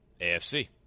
AFC